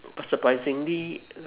but surprisingly